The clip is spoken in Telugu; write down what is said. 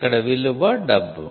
ఇక్కడ విలువ డబ్బు